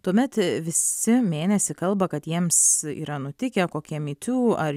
tuomet visi mėnesį kalba kad jiems yra nutikę kokia my tiu ar